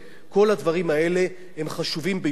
כל הדברים האלה הם חשובים ביותר,